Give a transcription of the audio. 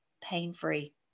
pain-free